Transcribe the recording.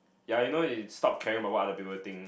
ya you know he stop caring about what other people think